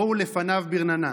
בֹאו לפניו ברננה,